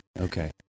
Okay